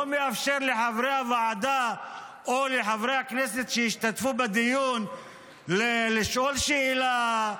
לא מאפשר לחברי הוועדה או לחברי הכנסת שהשתתפו בדיון לשאול שאלה,